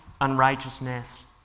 unrighteousness